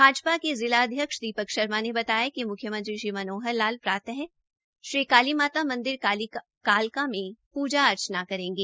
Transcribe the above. भाजपा के जिला अध्यक्ष दीपक शर्मा ने बताया कि मुख्यमंत्री श्री मनोहर लाल प्रातरू श्री काली माता मन्दिर कालका में पूजा अर्चना करेगें